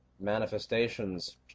manifestations